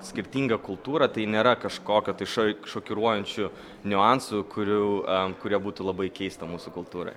skirtingą kultūrą tai nėra kažkokio tai šai šokiruojančių niuansų kurių kurie būtų labai keista mūsų kultūroj